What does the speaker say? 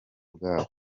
bwabo